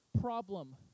problem